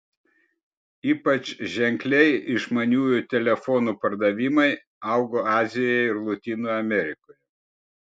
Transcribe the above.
ypač ženkliai išmaniųjų telefonų pardavimai augo azijoje ir lotynų amerikoje